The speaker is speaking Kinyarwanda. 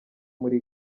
muri